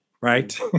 right